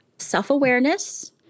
self-awareness